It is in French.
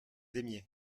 aimiez